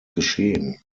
geschehen